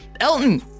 Elton